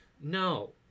No